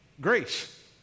Grace